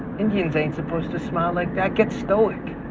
indians ain't supposed to smile like that. get stoic.